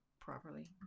properly